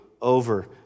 over